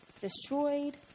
destroyed